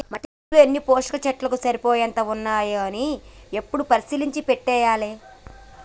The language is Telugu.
మట్టిలో అన్ని పోషకాలు చెట్లకు సరిపోయేంత ఉన్నాయా అని ఎప్పుడు పరిశీలించి పంటేయాలే